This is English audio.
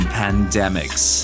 pandemics